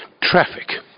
traffic